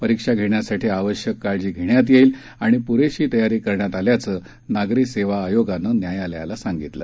परीक्षा घेण्यासाठी आवश्यक काळजी घेण्यात येईल आणि पुरेशी तयारी करण्यात आल्याचं नागरी सेवा आयोगानं न्यायालयाला सांगितलं